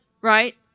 right